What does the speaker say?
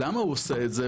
למה הוא עושה את זה?